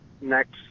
next